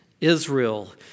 Israel